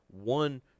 one